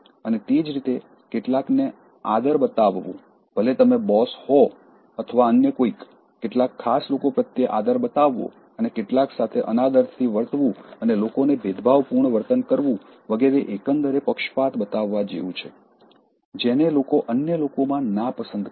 અને તે જ રીતે કેટલાકને આદર બતાવવું ભલે તમે બોસ હો અથવા અન્ય કોઈક કેટલાક ખાસ લોકો પ્રત્યે આદર બતાવવો અને કેટલાક સાથે અનાદરથી વર્તવું અને લોકોને ભેદભાવપૂર્ણ વર્તન કરવું વગેરે એકંદરે પક્ષપાત બતાવવા જેવું છે જેને લોકો અન્ય લોકોમાં નાપસંદ કરે છે